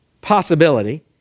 possibility